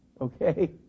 okay